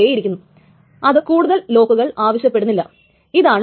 അതിന്റെ വിവരണം എന്തെന്നാൽ അത് ട്രാൻസാക്ഷൻ T യുടെ ഏറ്റവും വലിയ ടൈംസ്റ്റാമ്പ് ആണ്